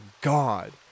god